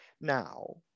now